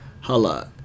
holla